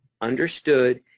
understood